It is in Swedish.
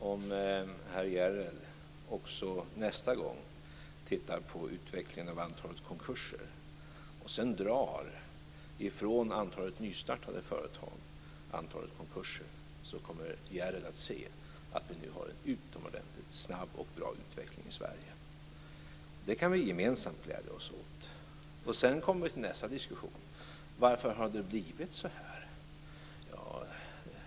Fru talman! Om herr Järrel nästa gång han tittar på utvecklingen av antalet konkurser minskar antalet nystartade företag med antalet konkurser, kommer Järrel att se att vi nu har en utomordentligt snabb och bra utveckling i Sverige. Det kan vi gemensamt glädja oss åt. Sedan kommer vi till nästa diskussion. Varför har det blivit så här?